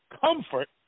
comfort